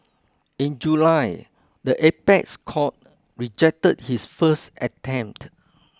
in July the apex court rejected his first attempt